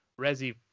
Resi